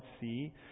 see